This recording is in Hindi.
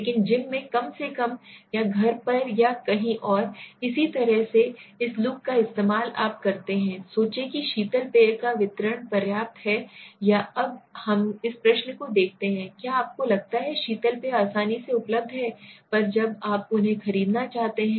लेकिन जिम में कम से कम या घर पर या कहीं और इसी तरह से इस लुक का इस्तेमाल आप करते हैं सोचें कि शीतल पेय का वितरण पर्याप्त है या अब हम इस प्रश्न को देखते हैं क्या आपको लगता है शीतल पेय आसानी से उपलब्ध है जब आप उन्हें खरीदना चाहते हैं